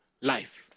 life